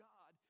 God